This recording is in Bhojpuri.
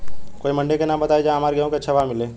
कोई मंडी के नाम बताई जहां हमरा गेहूं के अच्छा भाव मिले?